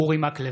אורי מקלב,